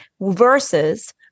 versus